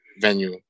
venue